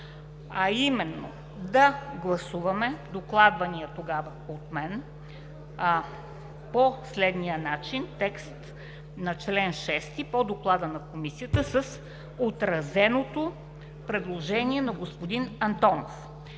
а именно да гласуваме докладвания тогава от мен по следния начин текст на чл. 6 по доклада на Комисията с отразеното предложение на господин Антонов: